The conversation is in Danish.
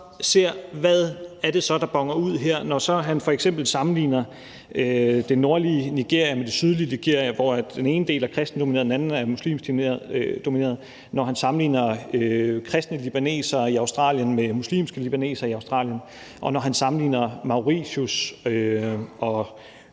ser på, hvad det så er, der boner ud her. Han sammenligner f.eks. det nordlige Nigeria med det sydlige Nigeria, hvor den ene del er kristent domineret og den anden er muslimsk domineret, han sammenligner kristne libanesere i Australien med muslimske libanesere i Australien, og han sammenligner Mauritius og